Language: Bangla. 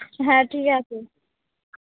হ্যাঁ ঠিক আছে